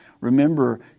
Remember